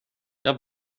jag